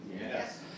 Yes